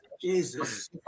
Jesus